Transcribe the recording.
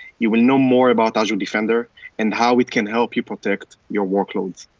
you will know more about azure defender and how it can help you protect your workloads.